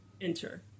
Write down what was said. enter